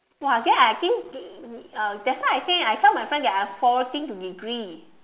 !wah! then I think uh that's why I think I tell my friend that I forwarding to degree